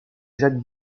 jacques